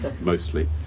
mostly